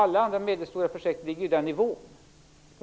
Alla andra medelstora projekt ligger också på den nivån.